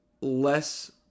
less